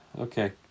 Okay